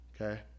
Okay